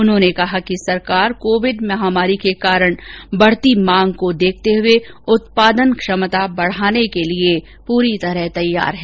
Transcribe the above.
उन्होंने कहा कि सरकार कोविड महामारी के कारण बढती मांग को देखते हुए उत्पादन क्षमता बढाने के लिए तैयार है